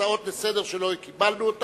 הצעות לסדר-היום שלא קיבלנו,